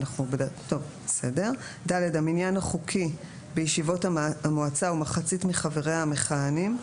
(ד) המניין החוקי בישיבות המועצה ומחצית מחבריה המכהנים,